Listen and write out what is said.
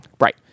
Right